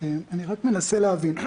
אני מנסה להבין: